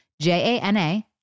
J-A-N-A